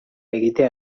egitea